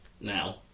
now